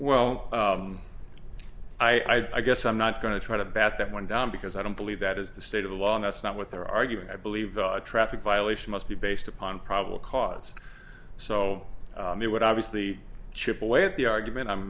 well i guess i'm not going to try to bat that one down because i don't believe that is the state of the law and that's not what their argument i believe a traffic violation must be based upon probable cause so it would obviously chip away at the argument i'm